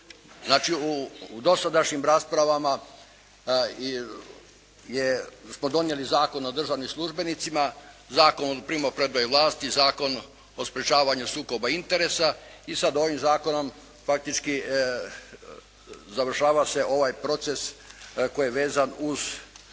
u dosadašnjim raspravama smo donijeli Zakon o državnim službenicama, Zakon o primopredaji vlasti, Zakon o sprečavanju sukoba interesa i sad ovim zakonom faktički završava se ovaj proces koji je vezan uz